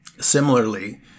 Similarly